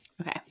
okay